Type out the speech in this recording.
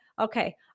okay